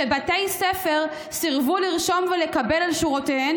שבתי ספר סירבו לרשום ולקבל אל שורותיהם